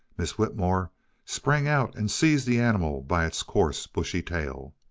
miss whitmore sprang out and seized the animal by its coarse, bushy tail.